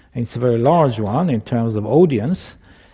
it's a very large one in terms of audience,